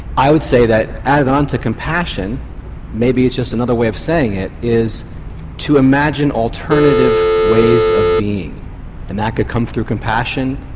i would say that added on to compassion maybe it's just another way of saying it, is to imagine alternative ways of being and that can come through compassion,